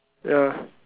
ya